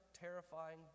terrifying